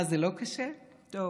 זה לא קשה, זה לא קשה.